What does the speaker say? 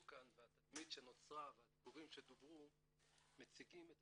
כאן והתדמית שנוצרה והדיבורים שדוברו מציגים את